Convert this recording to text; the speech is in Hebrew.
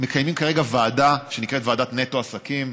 מקיימים כרגע ועדה שנקראת ועדת נטו עסקים,